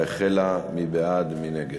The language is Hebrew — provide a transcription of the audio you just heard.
החלה, מי בעד, מי נגד.